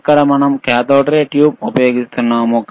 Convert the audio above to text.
ఇక్కడ మనం cathode ray tube ఉపయోగిస్తున్నాము